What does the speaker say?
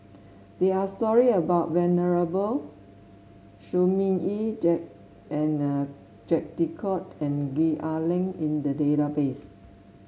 there are stories about Venerable Shi Ming Yi Jacques De Coutre and Gwee Ah Leng in the database